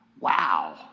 wow